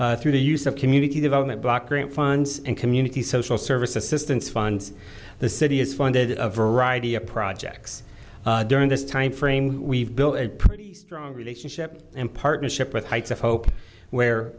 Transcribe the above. park through the use of community development block grant funds and community social services assistance funds the city has funded a variety of projects during this time frame we've built a pretty strong relationship and partnership with heights of hope where